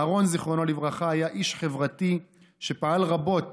אהרן, זיכרונו לברכה, היה איש חברתי ופעל רבות